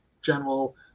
general